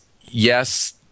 yes